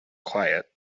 quiet